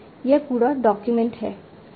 यह पूरा डॉक्यूमेंट है